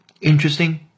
interesting